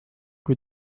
kui